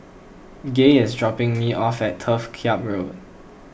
Gay is dropping me off at Turf Ciub Road